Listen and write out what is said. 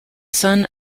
son